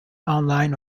online